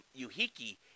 Yuhiki